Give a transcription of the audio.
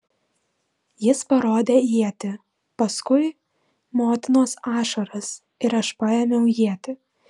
jis parodė ietį paskui motinos ašaras ir aš paėmiau ietį